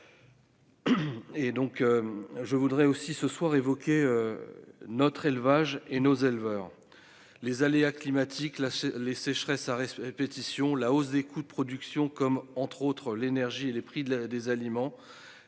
je voudrais aussi ce soir évoquer notre élevage et nos éleveurs, les aléas climatiques, là les sécheresses Arese répétition la hausse des coûts de production comme, entre autres, l'énergie et les prix de la des aliments,